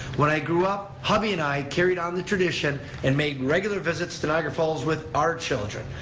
when i grew up, hubby and i carried on the tradition and made regular visits to niagara falls with our children.